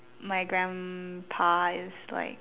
my grandpa is like